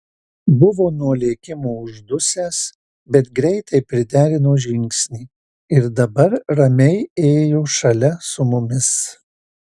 buvo nuo lėkimo uždusęs bet greitai priderino žingsnį ir dabar ramiai ėjo šalia su mumis